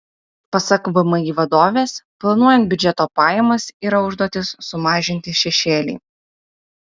pasak vmi vadovės planuojant biudžeto pajamas yra užduotis sumažinti šešėlį